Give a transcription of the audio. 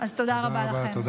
אז תודה רבה לכם.